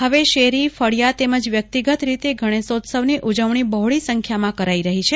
હવે શેરી ફળીયા તેમજ વ્યક્તિગત રીતે ગણેશોત્સવની ઉજવણી બહોળી સંખ્યામાં કરાઇ રહી છે